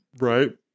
Right